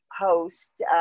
post